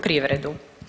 privredu.